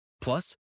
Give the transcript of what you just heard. Plus